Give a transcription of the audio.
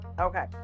Okay